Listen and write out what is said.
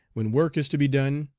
when work is to be done,